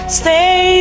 stay